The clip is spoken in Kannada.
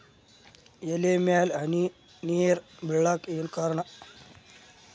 ಎಲೆ ಮ್ಯಾಲ್ ಹನಿ ನೇರ್ ಬಿಳಾಕ್ ಏನು ಕಾರಣ?